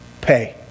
pay